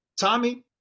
Tommy